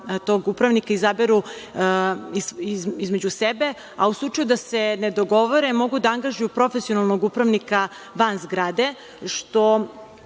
tog upravnika izaberu između sebe. U slučaju da se ne dogovore, mogu da angažuju profesionalnog upravnika van zgrade, što